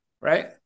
right